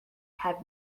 have